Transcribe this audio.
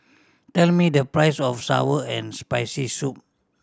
tell me the price of sour and Spicy Soup